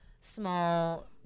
small